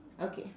okay